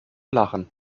lachen